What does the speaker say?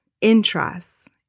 interests